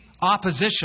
opposition